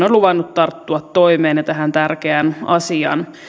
on luvannut tarttua toimeen ja tähän tärkeään asiaan